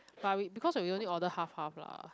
but we because we only order half half lah